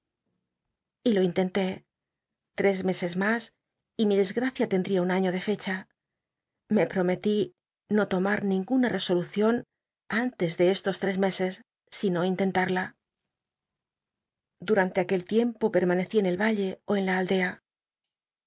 y lo in ten té tres meses mas y mi desgracia lcrldria un año le fcdw me prometí no lomar nin guna rcsolucion antes de estos tres meses sino intenlar la durante aquel tiempo permanecí en el yalle ó en la aldea